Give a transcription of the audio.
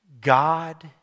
God